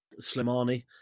Slimani